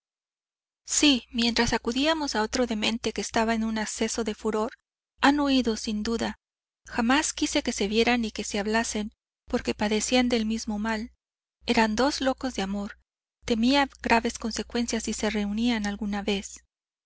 sí mientras acudíamos a otro demente que estaba en un acceso de furor han huido sin duda jamás quise que se vieran ni que se hablasen porque padecían el mismo mal eran dos locos de amor temía graves consecuencias si se reunían alguna vez